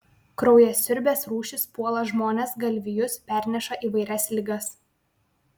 kraujasiurbės rūšys puola žmones galvijus perneša įvairias ligas